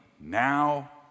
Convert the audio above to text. now